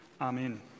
Amen